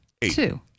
two